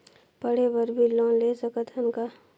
पढ़े बर भी लोन ले सकत हन का?